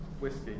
whiskey